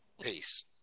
Peace